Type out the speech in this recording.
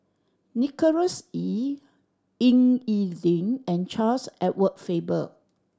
Nicholas Ee Ying E Ding and Charles Edward Faber